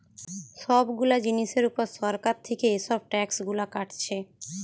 সব গুলা জিনিসের উপর সরকার থিকে এসব ট্যাক্স গুলা কাটছে